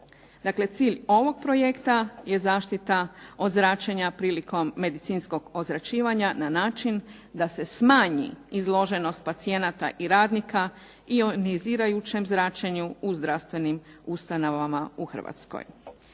cilj ovog projekta je zaštita od zračenja prilikom medicinskog ozračivanja na način da se smanji izloženost pacijenata i radnika ionizirajućem zračenju u zdravstvenim ustanovama u Hrvatskoj.